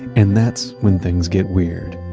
and that's when things get weird.